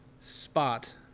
spot